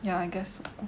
yeah I guess